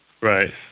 Right